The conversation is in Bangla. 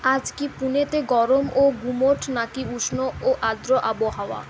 আজ কি পুণেতে গরম ও গুমোট নাকি উষ্ণ ও আর্দ্র আবহাওয়া